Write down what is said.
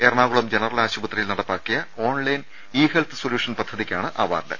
എറ ണാകുളം ജനറൽ ആശുപത്രിയിൽ നടപ്പാക്കിയ ഓൺലൈൻ ഇ ഹെൽത്ത് സൊല്യൂഷൻ പദ്ധതിക്കാണ് അവാർഡ്